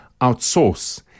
outsource